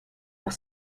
auch